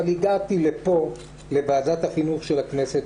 אבל הגעתי לפה לוועדת החינוך של הכנסת.